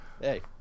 Hey